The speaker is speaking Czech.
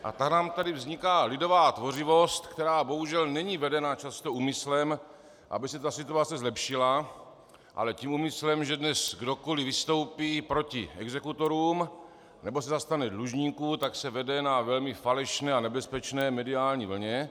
A tak nám tady vzniká lidová tvořivost, která bohužel není vedena často úmyslem, aby se ta situace zlepšila, ale úmyslem, že dnes kdokoli vystoupí proti exekutorům nebo se zastane dlužníků, tak se to vede na velmi falešné a nebezpečné mediální vlně.